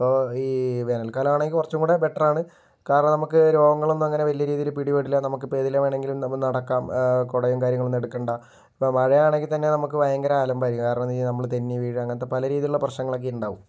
ഇപ്പോൾ ഈ വേനൽക്കാലം ആണെങ്കിൽ കുറച്ചുകൂടെ ബെറ്ററാണ് കാരണം നമുക്ക് രോഗങ്ങളൊന്നും അങ്ങനെ വല്യ രീതിയിൽ പിടിപെടില്ല നമുക്ക് ഇപ്പോ ഏതിലെ വേണമെങ്കിലും നമുക്ക് നടക്കാം കുടയും കാര്യങ്ങളൊന്നും എടുക്കണ്ട ഇപ്പ മഴയാണെങ്കിത്തന്നെ നമുക്ക് ഭയങ്കര അലമ്പായിരിക്കും കാരണമെന്നു വെച്ചാൽ നമ്മള് തെന്നി വീഴുക അങ്ങനത്തെ പല രീതിയിലുള്ള പ്രശ്നങ്ങളൊക്കെ ഉണ്ടാവും